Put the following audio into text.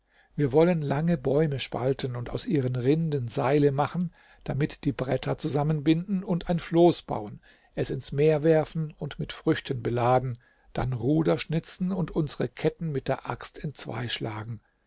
wir wollen lange bäume spalten und aus ihren rinden seile machen damit die bretter zusammenbinden und ein floß bauen es ins meer werfen und mit früchten beladen dann ruder schnitzen und unsere ketten mit der axt entzweischlagen